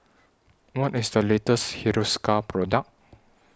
What IS The latest Hiruscar Product